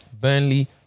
Burnley